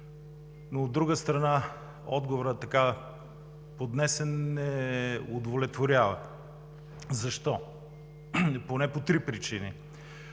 а от друга страна, отговорът – така поднесен, не удовлетворява. Защо? Поне по три причини.